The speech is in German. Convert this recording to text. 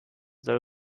soll